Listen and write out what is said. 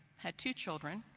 had two children,